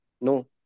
No